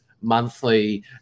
monthly